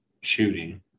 shooting